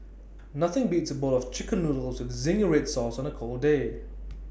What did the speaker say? nothing beats A bowl of Chicken Noodles with Zingy Red Sauce on A cold day